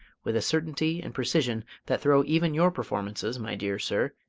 with a certainty and precision that throw even your performances, my dear sir,